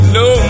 no